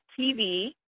TV